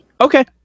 Okay